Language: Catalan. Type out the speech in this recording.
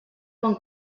quan